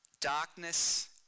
darkness